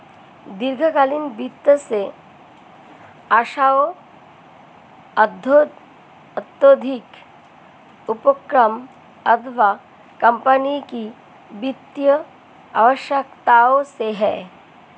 दीर्घकालीन वित्त से आशय औद्योगिक उपक्रम अथवा कम्पनी की वित्तीय आवश्यकताओं से है